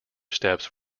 steps